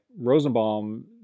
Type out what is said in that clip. rosenbaum